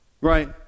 right